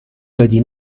دادی